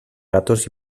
gatos